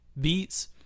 Beats